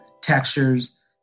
textures